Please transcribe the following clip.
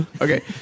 Okay